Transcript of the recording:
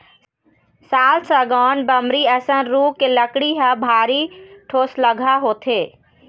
साल, सागौन, बमरी असन रूख के लकड़ी ह भारी ठोसलगहा होथे